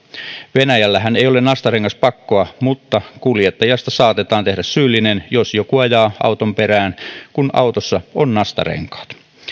venäjällähän ei ole nastarengaspakkoa mutta kuljettajasta saatetaan tehdä syyllinen jos joku ajaa auton perään kun autossa on nastarenkaat